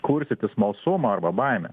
kurstyti smalsumą arba baimę